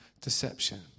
deception